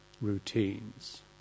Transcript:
routines